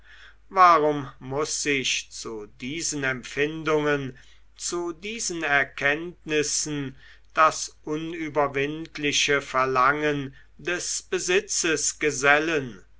warum muß sich zu diesen empfindungen zu diesen erkenntnissen das unüberwindliche verlangen des besitzes gesellen